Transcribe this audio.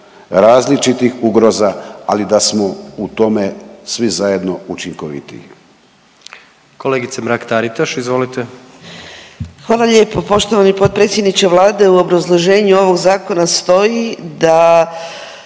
različitih ugroza, ali da smo u tome svi zajedno učinkovitiji.